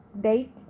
date